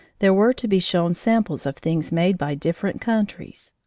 there were to be shown samples of things made by different countries.